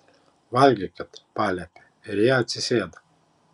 valgykit paliepė ir jie atsisėdo